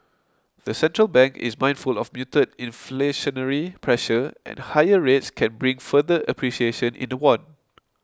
the central bank is mindful of muted inflationary pressure and higher rates can bring further appreciation in the won